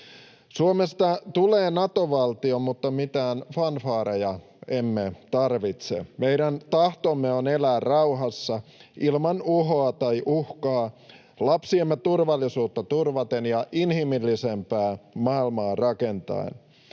Suomesta tulee Nato-valtio, mutta mitään fanfaareja emme tarvitse. Meidän tahtomme on elää rauhassa ilman uhoa tai uhkaa lapsiemme turvallisuutta turvaten ja inhimillisempää maailmaa rakentaen.